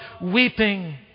weeping